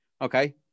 okay